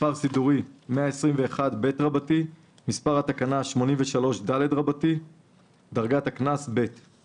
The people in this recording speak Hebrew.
מספר סידורי מספר התקנה פירוט נוסף לעבירה דדרגת קנס "121ב 83ד בב"